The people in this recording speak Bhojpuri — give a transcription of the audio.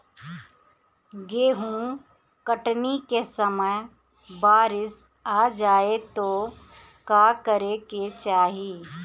गेहुँ कटनी के समय बारीस आ जाए तो का करे के चाही?